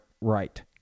right